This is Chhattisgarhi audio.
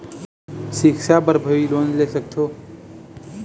सिक्छा बर भी लोन ले सकथों?